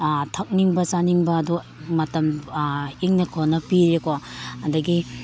ꯊꯛꯅꯤꯡꯕ ꯆꯥꯅꯤꯡꯕꯗꯣ ꯃꯇꯝ ꯏꯪꯅ ꯀꯣꯅ ꯄꯤꯔꯦꯀꯣ ꯑꯗꯒꯤ